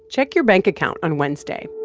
check your bank account on wednesday.